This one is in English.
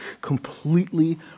completely